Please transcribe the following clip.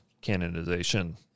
canonization